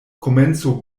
komenco